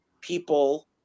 people